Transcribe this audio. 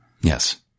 Yes